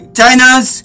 china's